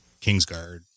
kingsguard